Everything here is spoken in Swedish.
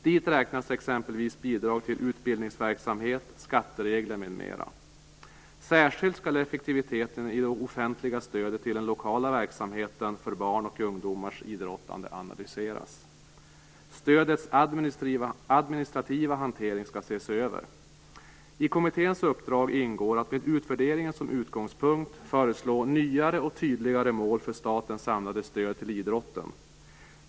Dit räknas exempelvis bidrag till utbildningsverksamhet, skatteregler m.m. Särskilt skall effektiviteten i det offentliga stödet i den lokala verksamheten för barn och ungdomars idrottande analyseras. Stödets administrativa hantering skall ses över. I kommitténs uppdrag ingår att med utvärderingen som utgångspunkt föreslå nyare och tydligare mål för statens samlade stöd till idrotten.